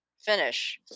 finish